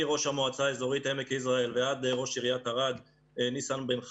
מראש המועצה האזורית עמק יזרעאל ועד ראש עיריית ערד ניסן בן חמו,